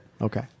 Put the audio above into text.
Okay